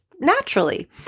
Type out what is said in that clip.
naturally